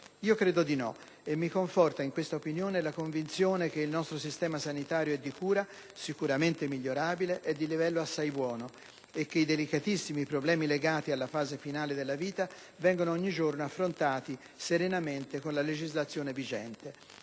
Credo di no e mi conforta in questa opinione la convinzione che il nostro sistema sanitario e di cura, sicuramente migliorabile, è di livello assai buono e che i delicatissimi problemi legati alla fase finale della vita vengono ogni giorno affrontati serenamente con la legislazione vigente.